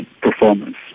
performance